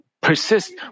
persist